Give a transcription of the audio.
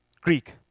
Greek